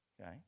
okay